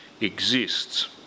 exists